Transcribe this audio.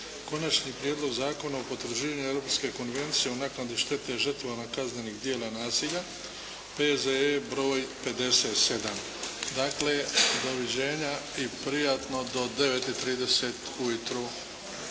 Konačni prijedlog Zakona o potvrđivanju Europske konvencije o naknadi štete žrtvama kaznenih djela nasilja, P.Z.E. br. 57. Dakle, doviđenja i prijatno do 9 i 30 ujutru.